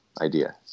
idea